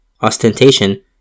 ostentation